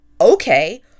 Okay